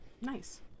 nice